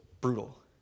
brutal